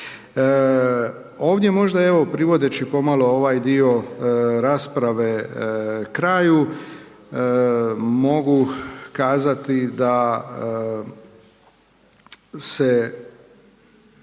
Ovdje možda evo privodeći pomalo ovaj dio rasprave kraju mogu kazati da se